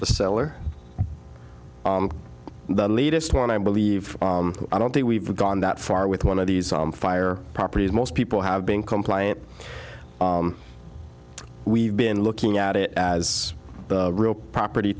the seller the latest one i believe i don't think we've gone that far with one of these arm fire properties most people have been compliant we've been looking at it as real property